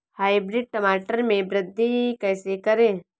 Hybrid टमाटर में वृद्धि कैसे करें?